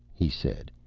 he said,